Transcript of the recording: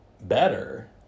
better